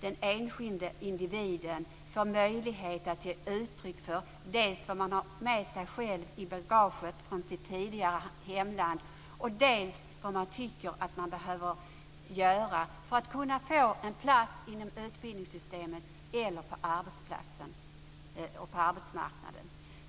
den enskilde individen möjlighet att ge uttryck för dels det man har med sig själv i bagaget från sitt tidigare hemland, dels vad man tycker att man behöver göra för att få en plats inom utbildningssystemet eller på arbetsmarknaden.